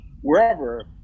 wherever